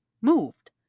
moved